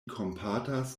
kompatas